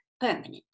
permanent